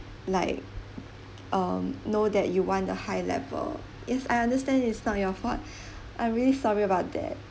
like um know that you want a high level yes I understand it's not your fault I'm really sorry about that